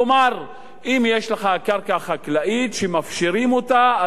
כלומר אם יש לך קרקע חקלאית שמפשירים אותה,